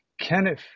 Kenneth